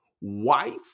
Wife